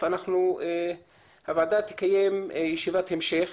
הוועדה תקיים ישיבת המשך